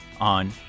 on